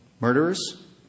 murderers